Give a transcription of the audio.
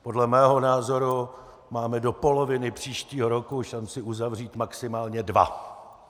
Podle mého názoru máme do poloviny příštího roku šanci uzavřít maximálně dva.